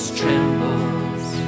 trembles